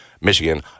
Michigan